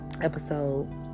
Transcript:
episode